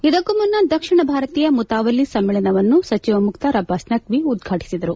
ಇದಕ್ಕೂ ಮುನ್ನ ದಕ್ಷಿಣ ಭಾರತೀಯ ಮುತಾವಲ್ಲಿ ಸಮ್ಮೇಳನವನ್ನು ಸಚಿವ ಮುಕ್ತಾರ್ ಅಬ್ಲಾಸ್ ನಖ್ವಿ ಉದ್ವಾಟಿಸಿದರು